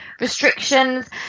restrictions